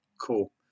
cool